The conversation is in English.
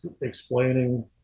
explaining